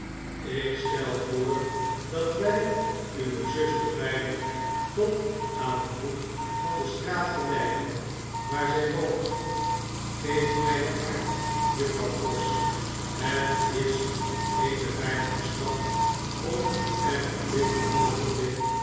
lk stel voor dat wij uwe zuster veilig tot aan den hoek van de straat geleiden waar zg woont geef mg den arm juffrouw pross het is geene veilige stad om er op dit oogenblik